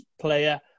player